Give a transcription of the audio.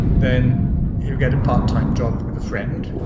then you'll get a part time job with a friend,